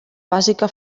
bàsica